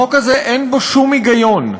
החוק הזה, אין בו שום היגיון,